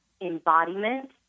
embodiment